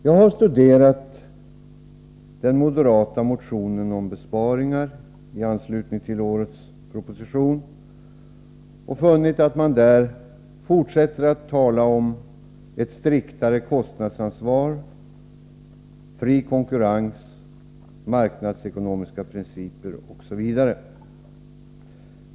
Jag har studerat den moderata motionen om besparingar i anslutning till årets proposition och funnit att man där fortsätter att tala om ett striktare kostnadsansvar, fri konkurrens, marknadsekonomiska principer osv.